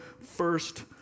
first